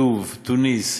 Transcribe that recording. לוב, תוניסיה,